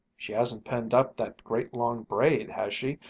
she hasn't pinned up that great long braid, has she,